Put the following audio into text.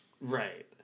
Right